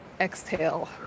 exhale